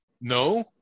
no